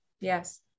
Yes